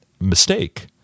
mistake